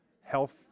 health